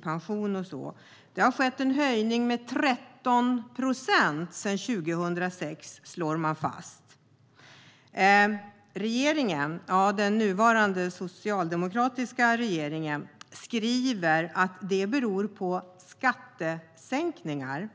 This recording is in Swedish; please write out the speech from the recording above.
Det slås fast att det skett en höjning med 13 procent sedan 2006. Den nuvarande socialdemokratiska regeringen skriver att det beror på skattesänkningar.